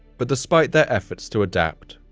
but despite their efforts to adapt,